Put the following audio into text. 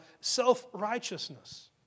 self-righteousness